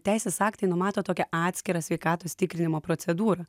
teisės aktai numato tokią atskirą sveikatos tikrinimo procedūrą